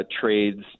trades